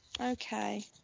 Okay